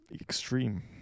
extreme